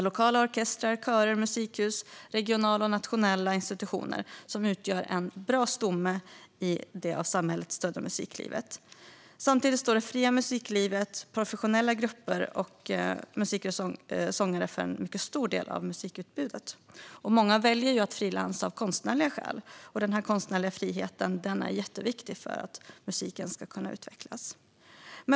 Lokala orkestrar, körer, musikhus och regionala och nationella institutioner utgör en bra stomme i det av samhället stödda musiklivet. Samtidigt står det fria musiklivet, professionella grupper, musiker och sångare, för en mycket stor del av musikutbudet. Många väljer att frilansa av konstnärliga skäl. Den konstnärliga friheten är jätteviktig för att musiken ska kunna utvecklas.